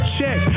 check